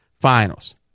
finals